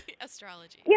Astrology